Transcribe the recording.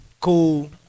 cool